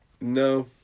No